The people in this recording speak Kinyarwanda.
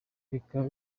bikaba